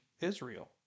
Israel